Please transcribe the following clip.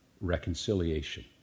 reconciliation